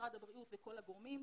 משרד הבריאות וכל הגורמים,